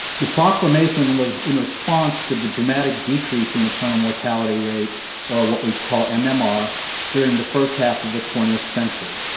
the proclamation was in response to the dramatic decrease in maternal mortality rate or what we'd call mmr during the first half of the twentieth century.